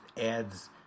adds